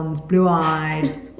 blue-eyed